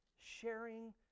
sharing